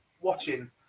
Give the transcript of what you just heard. watching